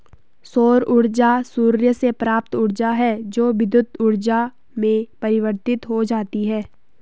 सौर ऊर्जा सूर्य से प्राप्त ऊर्जा है जो विद्युत ऊर्जा में परिवर्तित हो जाती है